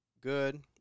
good